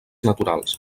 naturals